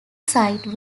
side